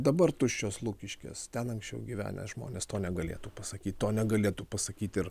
dabar tuščios lukiškės ten anksčiau gyvenę žmonės to negalėtų pasakyt to negalėtų pasakyt ir